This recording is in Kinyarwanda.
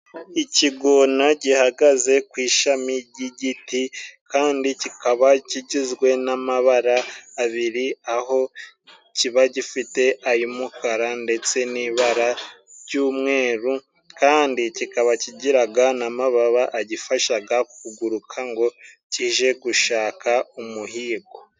Ikigona gihagaze ku ishami ry'igiti kandi kikaba kigizwe n'amabara abiri aho kiba gifite: ay'umukara ndetse n'ibara ry'umweru kandi kikaba kigiraga n'amababa agifashaga kuguruka kugira ngo kijye gushaka umuhigo.